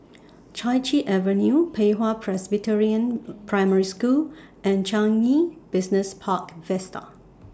Chai Chee Avenue Pei Hwa Presbyterian Primary School and Changi Business Park Vista